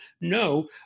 no